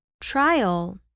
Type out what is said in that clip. trial